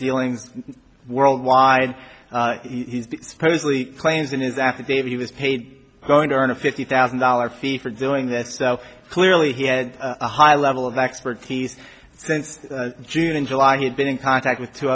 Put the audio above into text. dealings worldwide he supposedly claims in his affidavit he was paid going to earn a fifty thousand dollars fee for doing that so clearly he had a high level of expertise since june and july he had been in contact with two